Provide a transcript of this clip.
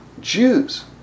Jews